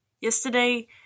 Yesterday